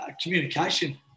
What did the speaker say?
communication